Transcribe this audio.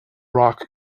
rock